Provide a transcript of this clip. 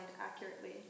accurately